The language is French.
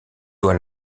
doit